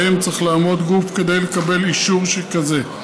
שבהם צריך לעמוד גוף כדי לקבל אישור שכזה.